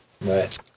Right